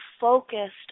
focused